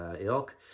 ilk